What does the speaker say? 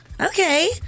Okay